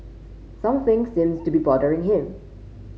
something seems to be bothering him